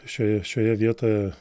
šioje šioje vietoje